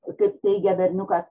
kaip teigia berniukas